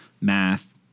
math